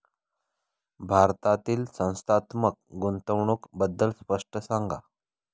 भारतातील संस्थात्मक गुंतवणूक बद्दल स्पष्ट सांगा